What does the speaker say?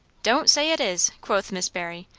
don't say it is! quoth miss barry,